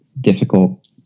difficult